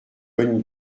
bonne